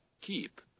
keep